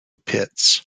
pitts